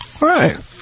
right